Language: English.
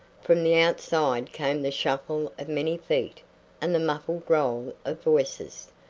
from the outside came the shuffle of many feet and the muffled roll of voices.